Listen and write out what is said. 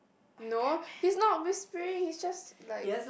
no he's not whispering he's just like